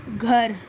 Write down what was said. گھر